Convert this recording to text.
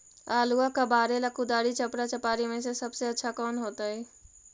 आलुआ कबारेला कुदारी, चपरा, चपारी में से सबसे अच्छा कौन होतई?